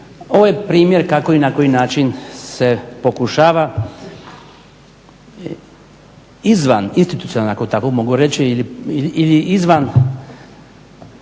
Ovo je primjer kako i na koji način se pokušava izvaninstitucionalno ako tako mogu reći ili izvan